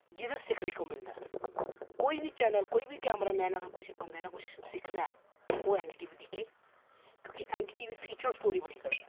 जेह्दे सिक्खने गी मिलदा ऐ कोई बी चैनल कोई बी कैमरा मैन अगर कुछ बंदे ने कुछ सिक्खना ऐ ओह् एन डी टी वी दिक्खै क्योंकि N D T V feature story बड़ी करदा ऐ